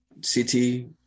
city